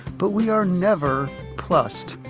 but we are never plussed.